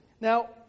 Now